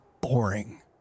boring